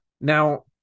Now